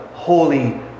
Holy